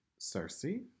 Cersei